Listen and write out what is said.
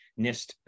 NIST